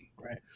Right